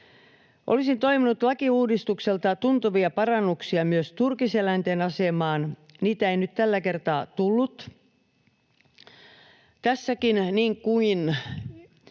Olisin toivonut lakiuudistukselta tuntuvia parannuksia myös turkiseläinten asemaan. Niitä ei nyt tällä kertaa tullut. Tässäkin, niin kuin